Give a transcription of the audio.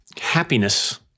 Happiness